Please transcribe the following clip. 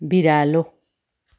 बिरालो